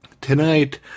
Tonight